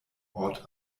ort